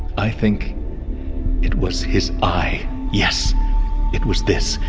i think it was his eye yes it was this.